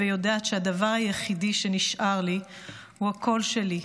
ויודעת שהדבר היחידי שנשאר לי הוא הקול שלי,